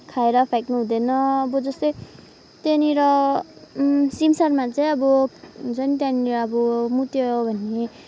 खाएर फ्याँक्नुहुँदैन अब जस्तै त्यहाँनिर सिमसारमा चाहिँ अब हुन्छ नि त्यहाँनिर अब मुत्यो भने